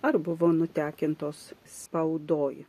ar buvo nutekintos spaudoj